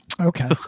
Okay